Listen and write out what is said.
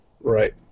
Right